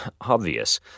obvious